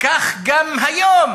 כך גם היום